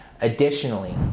Additionally